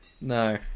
No